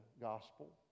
gospel